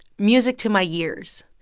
music to my years.